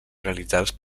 realitzades